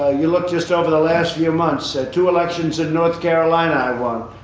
ah you look just over the last few months, ah two elections in north carolina i won,